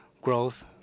growth